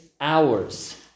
hours